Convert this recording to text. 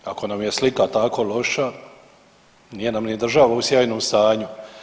Ako nam je slika tako loša, nije nam ni država u sjajnom stanju.